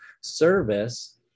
service